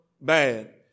bad